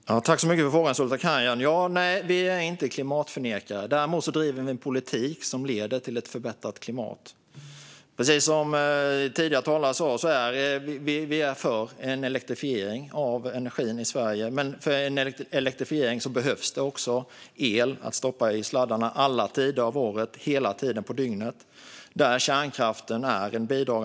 Fru talman! Tack så mycket för frågan, Sultan Kayhan! Nej, vi är inte klimatförnekare. Däremot driver vi en politik som leder till ett förbättrat klimat. Precis som tidigare talare är vi för elektrifiering av energin i Sverige, men för elektrifiering behövs det el att stoppa i sladdarna alla tider på året och hela dygnet. Där kan kärnkraften bidra.